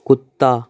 कुत्ता